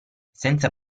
senza